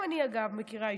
גם אני מכירה אישית,